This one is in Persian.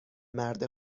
مرد